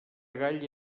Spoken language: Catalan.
gall